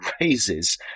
raises